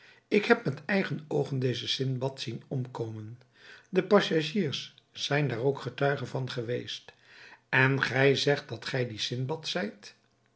ik heb met eigen oogen dezen sindbad zien omkomen de passagiers zijn daar ook getuige van geweest en gij zegt dat gij die sindbad zijt